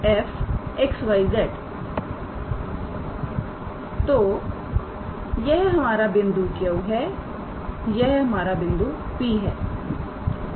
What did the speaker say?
तो यह हमारा बिंदु Q है यह हमारा बिंदु P है